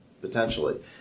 potentially